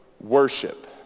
worship